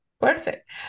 perfect